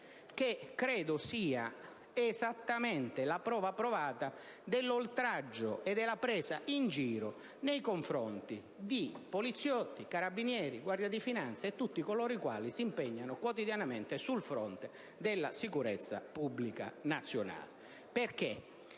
che credo sia esattamente la prova provata dell'oltraggio e della presa in giro nei confronti di poliziotti, carabinieri, rappresentanti della Guardia di finanza e di tutti coloro i quali si impegnano quotidianamente per garantire la sicurezza pubblica nazionale. I